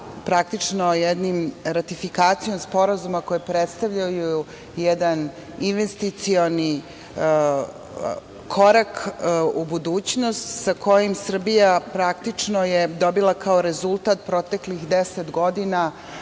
praktično sa ratifikacijom sporazuma koje predstavljaju jedan investicioni korak u budućnost sa kojim Srbija, praktično je dobila kao rezultat proteklih deset godina